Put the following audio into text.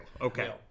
Okay